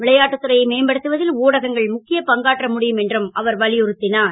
விளையாட்டுத் துறையை மேம்படுத்துவ ல் ஊடகங்கள் ழுக்கிய பங்காற்ற முடியும் என்றும் அவர் வலியுறுத் னார்